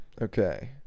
Okay